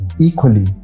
equally